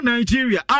Nigeria